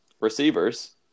receivers